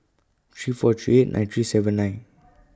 three four three eight nine three seven nine